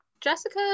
Jessica